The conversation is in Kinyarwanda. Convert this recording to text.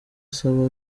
asaba